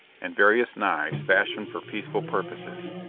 and various knives fashioned for peaceful purposes.